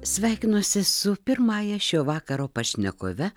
sveikinuosi su pirmąja šio vakaro pašnekove